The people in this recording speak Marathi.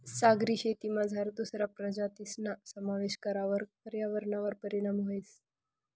सागरी शेतीमझार दुसरा प्रजातीसना समावेश करावर पर्यावरणवर परीणाम व्हस